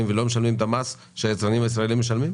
ולא משלמים את המס שהיצרן הישראלי משלם?